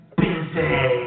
busy